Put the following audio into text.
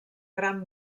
gran